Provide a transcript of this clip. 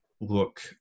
Look